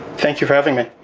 thank you for having me.